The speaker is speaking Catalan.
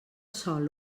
sòl